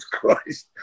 Christ